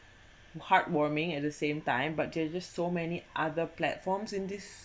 heartwarming at the same time but they're just so many other platforms in this